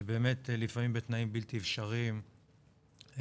שבאמת לפעמים בתנאים בלתי אפשריים האגף